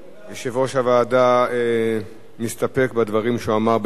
יושב-ראש הוועדה מסתפק בדברים שהוא אמר בתחילת הדיון.